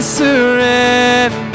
surrender